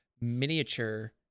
miniature